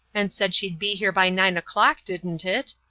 and said she'd be here by nine o'clock, didn't it?